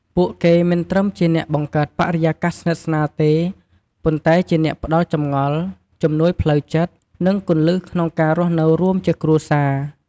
ពួកគេមិនត្រឹមជាអ្នកបង្កើតបរិយាកាសស្និទ្ធស្នាលទេ ប៉ុន្តែជាអ្នកផ្តល់ចម្ងល់ ជំនួយផ្លូវចិត្ត និងគន្លឹះក្នុងការរស់នៅរួមជាគ្រួសារ។